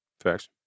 Facts